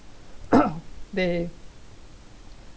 they